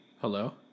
Hello